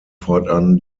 fortan